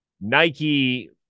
Nike